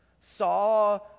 saw